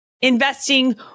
investing